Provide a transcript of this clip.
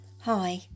Hi